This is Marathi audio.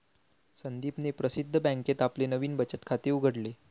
संदीपने प्रसिद्ध बँकेत आपले नवीन बचत खाते उघडले